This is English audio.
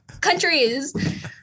countries